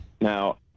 Now